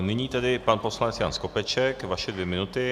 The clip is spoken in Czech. Nyní tedy pan poslanec Jan Skopeček, vaše dvě minuty.